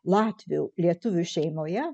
latvių lietuvių šeimoje